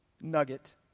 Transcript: nugget